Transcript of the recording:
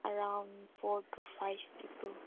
around four to five peoples